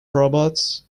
robots